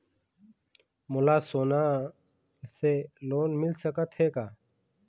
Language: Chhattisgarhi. मोला सोना से लोन मिल सकत हे का?